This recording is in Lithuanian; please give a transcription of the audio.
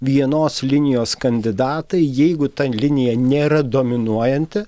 vienos linijos kandidatai jeigu ta linija nėra dominuojanti